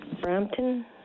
Brampton